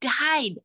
died